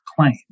claim